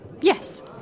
yes